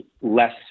less